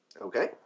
Okay